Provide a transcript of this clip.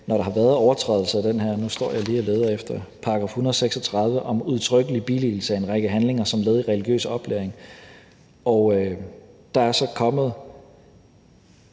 når der har været overtrædelser af den her – og nu står jeg lige og leder efter den –§ 136 om udtrykkelig billigelse af en række handlinger som led i religiøs oplæring. Og siden den er blevet